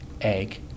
egg